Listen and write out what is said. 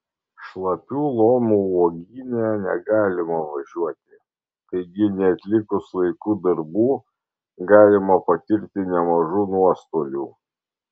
šlapių lomų uogyne negalima važiuoti taigi neatlikus laiku darbų galima patirti nemažų nuostolių